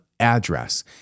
address